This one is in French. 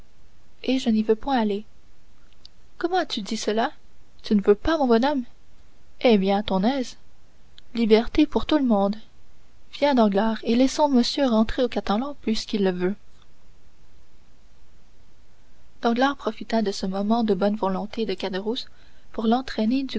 et je n'y veux point aller comment as-tu dit cela tu ne veux pas mon bonhomme eh bien à ton aise liberté pour tout le monde viens danglars et laissons monsieur rentrer aux catalans puisqu'il le veut danglars profita de ce moment de bonne volonté de caderousse pour l'entraîner